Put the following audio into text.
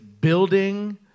building